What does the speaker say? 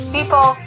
People